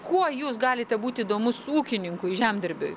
kuo jūs galite būti įdomus ūkininkui žemdirbiui